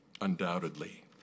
Undoubtedly